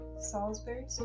Salisbury